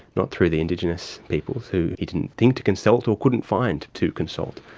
not through the indigenous peoples who he didn't think to consult or couldn't find to consult.